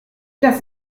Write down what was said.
das